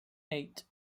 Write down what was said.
eight